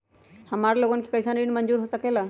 हमार लोगन के कइसन ऋण मंजूर हो सकेला?